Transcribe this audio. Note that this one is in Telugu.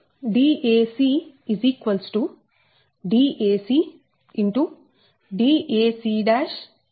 Dac dac